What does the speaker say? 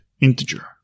integer